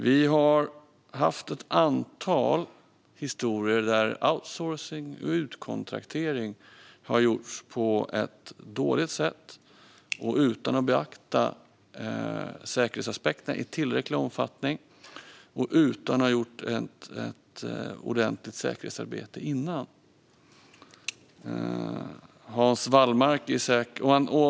Vi har haft ett antal historier där outsourcing och utkontraktering har gjorts på ett dåligt sätt, utan att säkerhetsaspekterna har beaktats i tillräcklig omfattning och utan att det har gjorts ett ordentligt säkerhetsarbete innan.